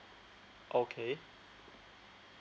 okay